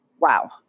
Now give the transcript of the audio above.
wow